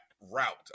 route